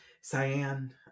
Cyan